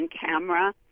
camera